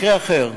מקרה אחר,